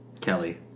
Kelly